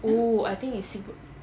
oh I think it's siput